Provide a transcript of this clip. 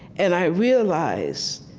and i realized,